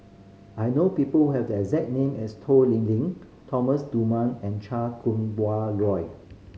I know people who have the exact name as Toh Liying Thomas Dunman and Chan Kum Wah Roy